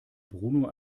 bruno